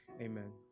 Amen